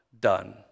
done